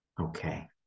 Okay